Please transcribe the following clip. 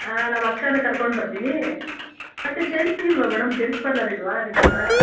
ಹಾಂ ನಮ್ಮ ಅಕ್ಕಾನ ಕರ್ಕೊಂಡು ಬರ್ತೀನಿ ಮತ್ತೆ ಜೆಂಟ್ಸಿಗಿಲ್ವಾ ಮೇಡಮ್ ಜೆಂಟ್ಸ್ ಪಾರ್ಲರ್ ಇಲ್ಲವಾ ನಿಮ್ಮ ಹತ್ರ